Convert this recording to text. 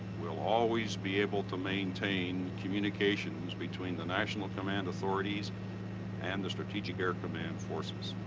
we'll always be able to maintain communications between the national command authorities and the strategic air command forces.